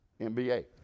NBA